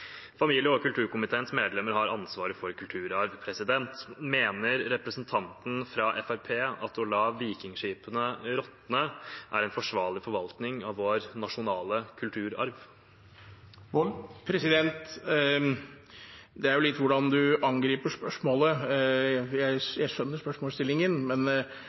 Familie- og kulturkomiteens medlemmer har ansvaret for kulturarven. Mener representanten fra Fremskrittspartiet at å la vikingskipene råtne er en forsvarlig forvaltning av vår nasjonale kulturarv? Det er litt hvordan man angriper spørsmålet. Jeg skjønner spørsmålsstillingen, men